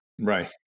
Right